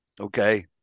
Okay